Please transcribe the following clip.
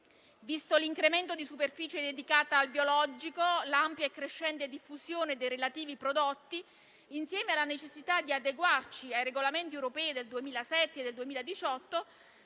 Visto l'incremento di superficie dedicata al biologico, l'ampia e crescente diffusione dei relativi prodotti, insieme alla necessità di adeguarsi ai regolamenti europei del 2007 e del 2018,